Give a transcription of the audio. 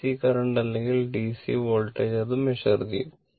DC current അല്ലെങ്കിൽ DC voltage അത് measure ചെയ്യും